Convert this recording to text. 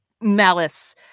malice